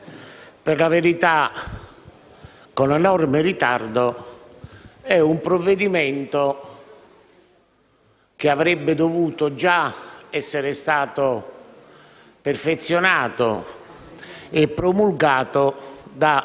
per la verità con enorme ritardo, è un provvedimento che avrebbe dovuto già essere stato perfezionato e promulgato da